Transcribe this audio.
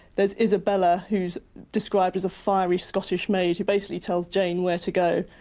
there's isabella, who's described as a fiery scottish maid, who basically tells jane where to go.